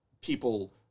people